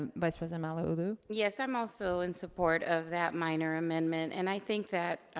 vice president malauulu. yes, i'm also in support of that minor amendment. and i think that,